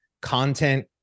Content